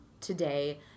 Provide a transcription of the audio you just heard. today